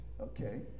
okay